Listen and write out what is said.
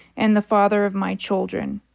and the father of my children.